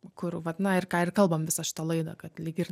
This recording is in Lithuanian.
kur vat na ir ką ir kalbam visą šitą laidą kad lyg ir